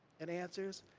and answers,